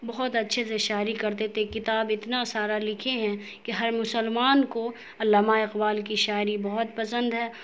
بہت اچھے سے شاعری کرتے تھے کتاب اتنا سارا لکھے ہیں کہ ہر مسلمان کو علامہ اقبال کی شاعری بہت پسند ہے